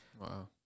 Wow